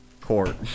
court